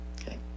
Okay